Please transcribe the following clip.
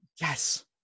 Yes